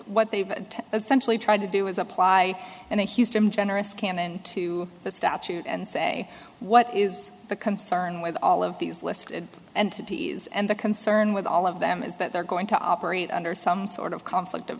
essentially tried to do is apply and houston generous canon to the statute and say what is the concern with all of these lists and titties and the concern with all of them is that they're going to operate under some sort of conflict of